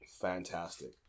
fantastic